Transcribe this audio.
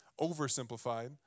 oversimplified